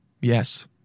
Yes